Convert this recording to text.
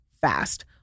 fast